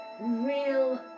real